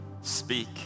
Speak